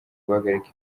guhagarika